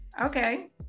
okay